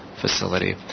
facility